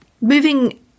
Moving